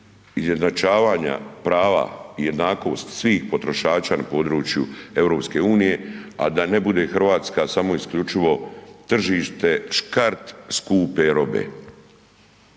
izjednačavanja prava i jednakost svih potrošača na području EU, a da ne bude Hrvatska samo isključivo tržište, škart skupe robe.